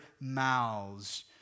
mouths